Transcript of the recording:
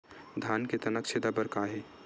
धान के तनक छेदा बर का हे?